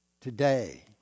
today